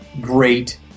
great